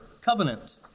covenant